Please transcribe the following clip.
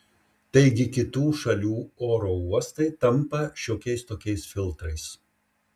taigi kitų šalių oro uostai tampa šiokiais tokiais filtrais